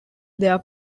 their